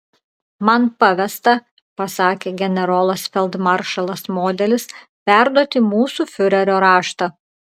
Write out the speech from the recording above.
man pavesta pasakė generolas feldmaršalas modelis perduoti mūsų fiurerio raštą